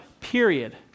period